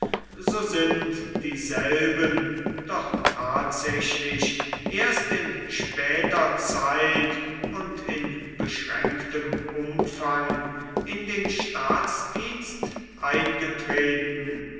so sind dieselben doch tatsächlich erst in später zeit und in beschränktem umfang in den staatsdienst eingetreten